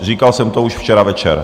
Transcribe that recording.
Říkal jsem to už včera večer.